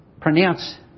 pronounce